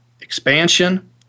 expansion